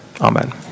Amen